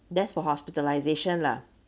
that's for hospitalization lah